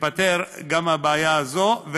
תיפתר גם הבעיה הזאת,